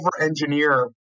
over-engineer